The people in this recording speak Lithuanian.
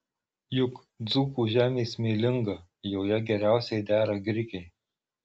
juk dzūkų žemė smėlinga joje geriausiai dera grikiai